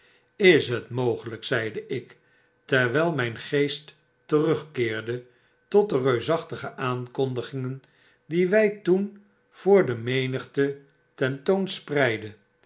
ls het mogelyk zeide ik terwijl myn geest terugkeerde tot de reusachtige aankondigingen die wy toen voor de menigte